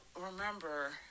remember